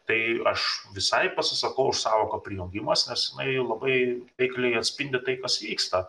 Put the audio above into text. tai aš visai pasisakau už sąvoką prijungimas nes jinai labai taikliai atspindi tai kas vyksta